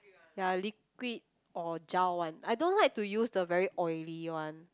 ya liquid or gel one I don't like to use the very oily one